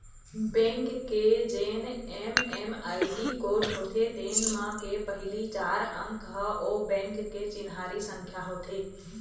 bank के जेन MMID code होथे तेन म के पहिली चार अंक ह ओ बेंक के चिन्हारी संख्या होथे